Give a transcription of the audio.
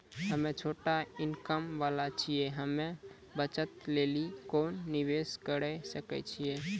हम्मय छोटा इनकम वाला छियै, हम्मय बचत लेली कोंन निवेश करें सकय छियै?